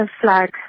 flag